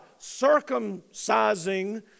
circumcising